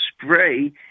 spray